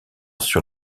sur